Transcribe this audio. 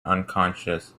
unconscious